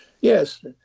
Yes